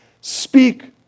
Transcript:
speak